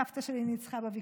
סבתא שלי ניצחה בוויכוח,